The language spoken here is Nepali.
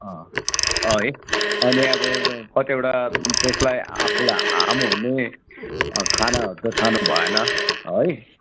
है अनि अब कतिवटा त्यसलाई आफूलाई हार्म हुने खानाहरू त खानु भएन है